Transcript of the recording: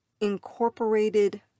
Incorporated